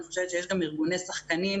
אני חושבת שיש גם ארגוני שחקנים,